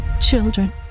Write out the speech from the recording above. Children